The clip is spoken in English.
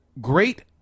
great